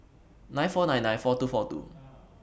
nine four nine nine four two four two